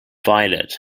violet